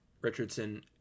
richardson